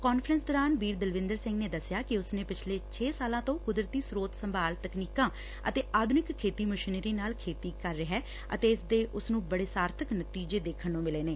conference ਦੌਰਾਨ ਬੀਰ ਦਲਵਿੰਦਰ ਸਿੰਘ ਨੇ ਦੱਸਿਆ ਕਿ ਉਸਨੇ ਪਿਛਲੇ ਛੇ ਸਾਲਾ ਤੋਂ ਕੁਦਰਤੀ ਸਰੋਤ ਸੰਭਾਲ ਤਕਨੀਕਾਂ ਅਤੇ ਆਧੁਨਿਕ ਖੇਤੀ ਮਸ਼ੀਨਰੀ ਨਾਲ ਖੇਤੀ ਕਰ ਰਿਹਾ ਹੈ ਅਤੇ ਇਸ ਦੇ ਉਸਨੂੰ ਬੜੇ ਸਾਰਥਕ ਨਤੀਜੇ ਦੇਖਣ ਨੂੰ ਮਿਲੇ ਨੇ